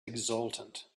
exultant